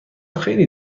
خیلی